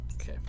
Okay